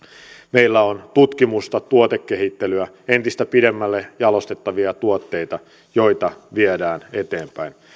meillä on tutkimusta tuotekehittelyä entistä pidemmälle jalostettavia tuotteita joita viedään eteenpäin